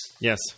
Yes